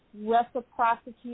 reciprocity